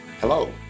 Hello